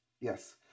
Yes